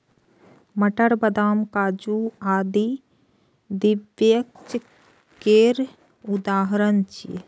मटर, बदाम, काजू आदि द्विबीजपत्री केर उदाहरण छियै